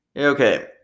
Okay